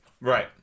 right